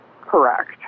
Correct